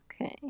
okay